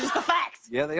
the facts. yeah, they are.